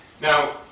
Now